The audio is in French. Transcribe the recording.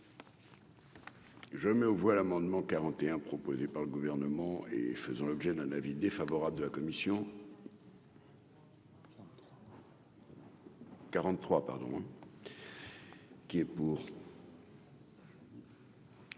Je mets aux voix l'amendement 41 proposée par le gouvernement et faisant l'objet d'un avis défavorable de la commission. 43 pardon. Qui est pour.